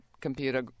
computer